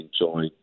enjoy